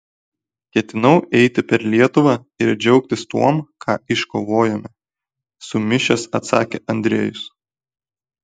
ketinau eiti per lietuvą ir džiaugtis tuom ką iškovojome sumišęs atsakė andriejus